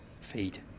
feed